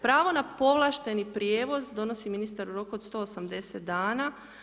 Pravo na povlašteni prijevoz, donosi ministar u roku od 180 dana.